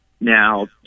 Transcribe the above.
now